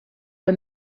the